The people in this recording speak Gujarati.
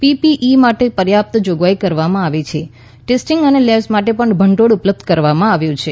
પીપીઈ માટે પર્યાપ્ત જોગવાઈ કરવામાં આવી છે ટેસ્ટિંગ લેબ્સ માટે પણ ભંડોળ ઉપલબ્ધ કરાવવામાં આવ્યં છે